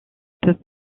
peut